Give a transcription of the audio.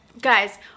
Guys